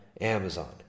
Amazon